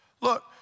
Look